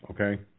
okay